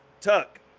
Tuck